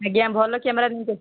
ଆଜ୍ଞା ଭଲ କ୍ୟାମେରା ନେଇକି କରିବେ